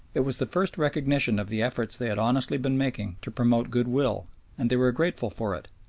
it was the first recognition of the efforts they had honestly been making to promote goodwill and they were grateful for it,